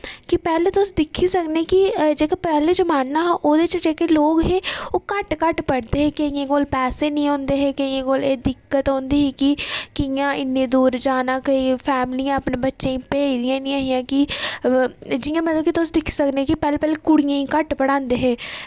की पैह्लें तुस दिक्खी सकने कि जेह्का पैह्लें जमाना हा ओह्दे बिच जेह्के लोग हे ओह् घट्ट घट्ट पढ़दे हे केइयें कोल पैसे निं होंदे हे ते केइयें गी दिक्कत औंदी ही की कियां इन्ने दूर जाना ते फैमिली अपने बच्चें गी भेजदियां निं ही की जियां मतलब की तुस दिक्खी सकने की पैह्लें पैह्लें तुस कुड़ियें गी घट्ट पढ़ांदे हे